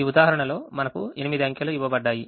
ఈ ఉదాహరణలో మనకు 8అంకెలు ఇవ్వబడ్డాయి